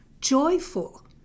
joyful